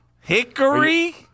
Hickory